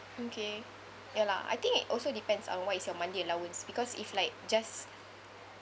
okay ya lah I think it also depends on what is your monthly allowance because if like just